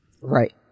right